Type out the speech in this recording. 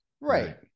Right